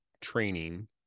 training